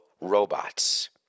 robots